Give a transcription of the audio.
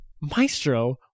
Maestro